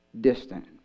distant